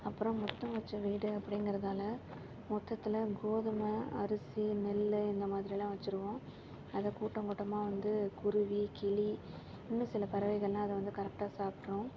அப்புறம் முத்தம் வச்ச வீடு அப்படிங்கிறதால முத்தத்தில் கோதுமை அரிசி நெல் இந்த மாதிரியெல்லாம் வச்சுருவோம் அதை கூட்டம் கூட்டமாக வந்து குருவி கிளி இன்னும் சில பறவைகள்லாம் அதை வந்து கரெக்டாக சாப்பிட்ரும்